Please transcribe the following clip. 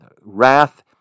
wrath